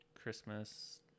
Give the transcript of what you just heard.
Christmas